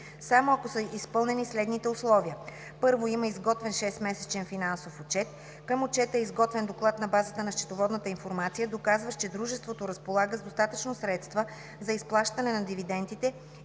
само ако са изпълнени следните условия: 1. има изготвен 6-месечен финансов отчет; към отчета е изготвен доклад на базата на счетоводната информация, доказващ, че дружеството разполага с достатъчно средства за изплащане на дивидентите